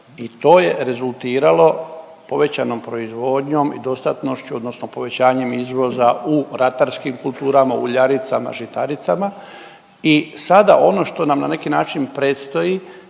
i to je rezultiralo povećanom proizvodnjom i dostatnošću, odnosno povećanjem izvoza u ratarskim kulturama, uljaricama, žitaricama i sada ono što nam na neki način predstoji